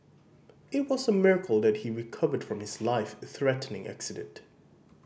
it was a miracle that he recovered from his life threatening accident